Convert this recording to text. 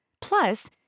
Plus